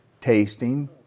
tasting